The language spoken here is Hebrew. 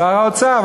שר האוצר.